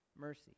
mercy